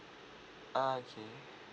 ah K